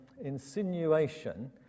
insinuation